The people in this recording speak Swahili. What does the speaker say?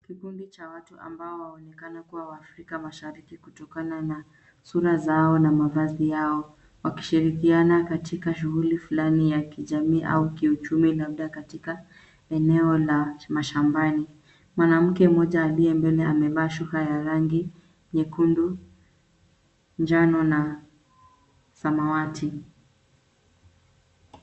Kikundi cha watu ambao waonekana kuwa waafrika mashariki kutokana na sura zao na mavazi yao wakishirikiana katika shughuli fulani ya kijamii au kiuchumi labda katika eneo la mashambani. Mwanamke mmoja aliye mbele amevaa shuka ya rangi nyekundu, njano na samawati.